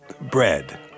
Bread